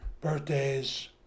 birthdays